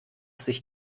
sich